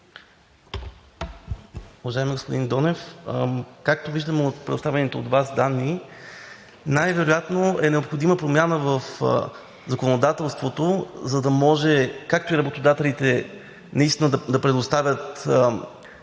Уважаеми господин Донев, както виждаме, от предоставените от Вас данни най-вероятно е необходима промяна в законодателството, за да може както работодателите наистина да предоставят